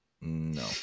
No